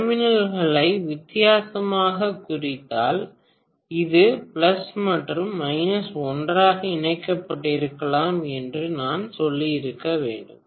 டெர்மினல்களை வித்தியாசமாகக் குறித்தால் இது பிளஸ் என்றும் மைனஸ் ஒன்றாக இணைக்கப்பட்டிருக்கலாம் என்றும் நான் சொல்லியிருக்க வேண்டும்